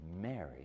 Mary